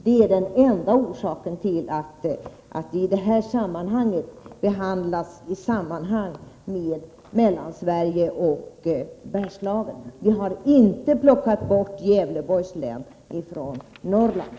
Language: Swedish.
Det är den enda orsaken till att länet i det här sammanhanget behandlats tillsam mans med Mellansverige och Bergslagen. Vi har inte plockat bort Gävleborgs län från Norrland.